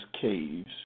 caves